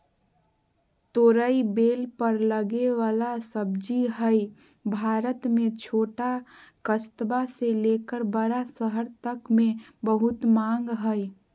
तोरई बेल पर लगे वला सब्जी हई, भारत में छोट कस्बा से लेकर बड़ा शहर तक मे बहुत मांग हई